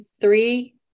three